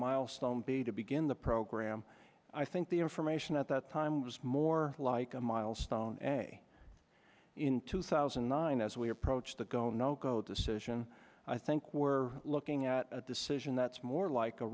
milestone be to begin the program i think the information at that time was more like a milestone a in two thousand and nine as we approach the go no go decision i think we're looking at a decision that's more like a